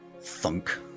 Thunk